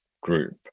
Group